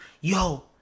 Yo